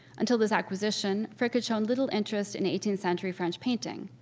until this acquisition, frick had shown little interest in eighteenth century french painting.